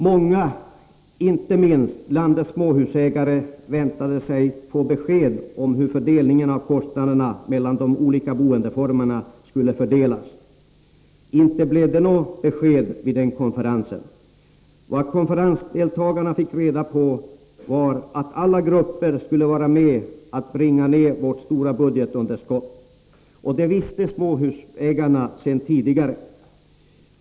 Många, inte minst bland landets småhusägare, väntade sig ett besked om hur fördelningen av kostnaderna mellan de olika boendeformerna skulle bli. Men inte fick de något besked på den konferensen. I stället fick konferensdeltagarna veta att alla grupper skulle vara med om att nedbringa vårt stora budgetunderskott. Det visste småhusägarna sedan tidigare.